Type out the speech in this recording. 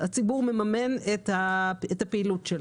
הציבור מממן את הפעילות של הפיקוח.